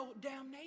damnation